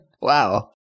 Wow